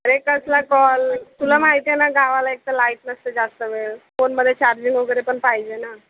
अरे कसला कॉल तुला माहीत आहे ना गावाला एकतर लाईट नसते जास्तवेळ फोनमध्ये चार्जिंग वगैरे पण पाहिजे ना